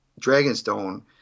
Dragonstone